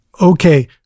Okay